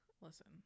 listen